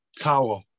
tower